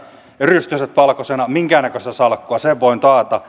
rystyset valkoisina minkäännäköistä salkkua sen voin taata